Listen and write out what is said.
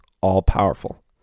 all-powerful